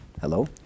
Hello